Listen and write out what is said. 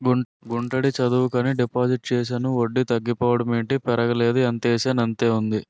గుంటడి చదువుకని డిపాజిట్ చేశాను వడ్డీ తగ్గిపోవడం ఏటి పెరగలేదు ఎంతేసానంతే ఉంది